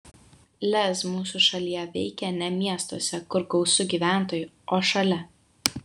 lez mūsų šalyje veikia ne miestuose kur gausu gyventojų o šalia